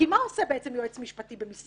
כי מה בעצם עושה יועץ משפטי במשרד?